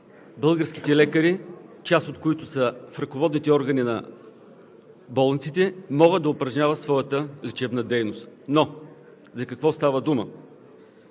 българските лекари, част от които са в ръководните органи на болниците, да могат да упражняват своята лечебна дейност. Но за какво става дума?